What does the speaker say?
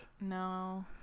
no